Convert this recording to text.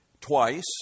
twice